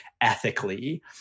ethically